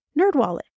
NerdWallet